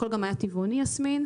הכול גם היה טבעוני, יסמין.